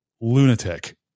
lunatic